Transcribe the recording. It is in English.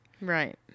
right